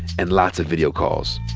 and lots of video calls.